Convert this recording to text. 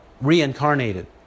reincarnated